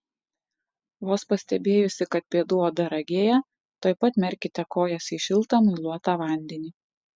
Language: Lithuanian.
vos pastebėjusi kad pėdų oda ragėja tuoj pat merkite kojas į šiltą muiluotą vandenį